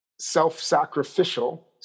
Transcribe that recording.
self-sacrificial